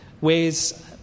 ways